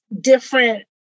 different